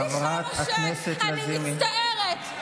תכבדי את החיילים שנלחמים ביתר כבוד.